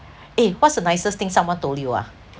eh what's the nicest thing someone told you ah